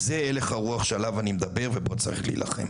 זה הלך הרוח שעליו אני מדבר ובו צריך להילחם.